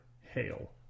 hail